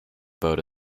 vote